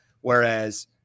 whereas